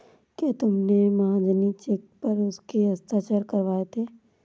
क्या तुमने महाजनी चेक पर उसके हस्ताक्षर करवाए थे?